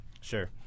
sure